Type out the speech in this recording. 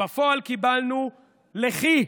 בפועל קיבלנו "לכי"